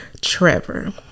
Trevor